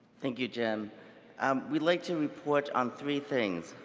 thank you, jim um we'd like to report on three things.